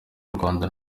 rwanda